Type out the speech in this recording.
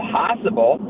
possible